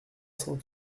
cent